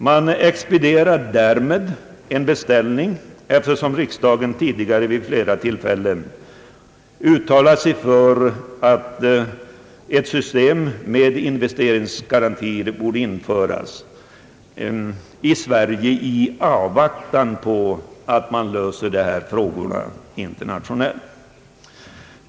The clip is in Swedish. Man expedierar därmed en beställning, eftersom riksdagen vid flera tillfällen uttalat sig för att ett system med investeringsgarantier borde införas i Sverige i avvaktan på en internationell lösning.